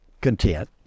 content